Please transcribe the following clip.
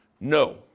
No